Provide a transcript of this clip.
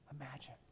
imagine